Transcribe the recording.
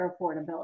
affordability